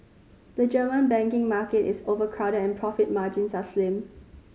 the German banking market is overcrowded and profit margins are slim